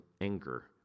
anger